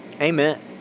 Amen